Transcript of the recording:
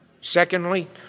Secondly